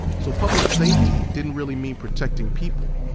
so public safety didn't really mean protecting people.